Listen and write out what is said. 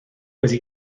wedi